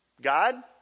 God